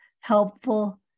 helpful